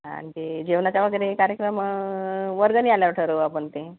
आणि ते जेवणाचा वगैरे कार्यक्रम वर्गणी आल्यावर ठरवू आपण ते